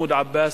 מחמוד עבאס,